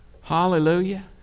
Hallelujah